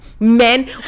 Men